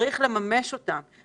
צריך לממש אותם.